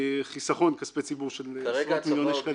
חיסכון כספי ציבור של עשרות מיליוני שקלים.